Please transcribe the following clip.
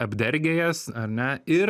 apdergė jas ar ne ir